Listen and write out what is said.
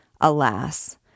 Alas